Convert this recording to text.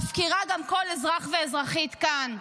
מפקירה גם כל אזרח ואזרחית כאן.